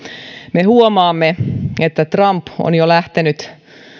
me huomaamme että trump on jo lähtenyt